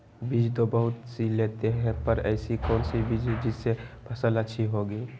बीज तो बहुत सी लेते हैं पर ऐसी कौन सी बिज जिससे फसल अच्छी होगी?